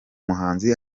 muhanzi